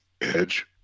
edge